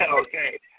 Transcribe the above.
Okay